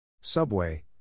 Subway